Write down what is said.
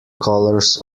colours